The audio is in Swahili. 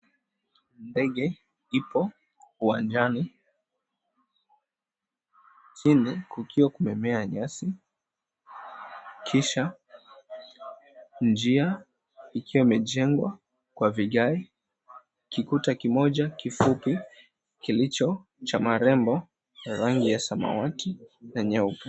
Ndege ipo uwanjani. Kwingine kukiwa kumemea nyasi kisha njia ikiwa imejengwa kwa vigae, kikuta kimoja kifupi kilicho cha marembo rangi ya samawati na nyeupe.